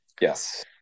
Yes